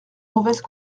mauvaise